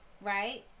right